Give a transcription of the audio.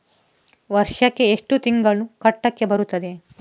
ವರ್ಷಕ್ಕೆ ಎಷ್ಟು ತಿಂಗಳು ಕಟ್ಟಲು ಬರುತ್ತದೆ?